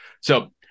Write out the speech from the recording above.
So-